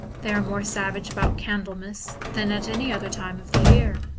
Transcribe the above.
they are more savage about candlemas than at any other time of the year,